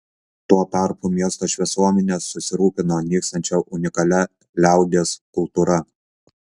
tuo tarpu miesto šviesuomenė susirūpino nykstančia unikalia liaudies kultūra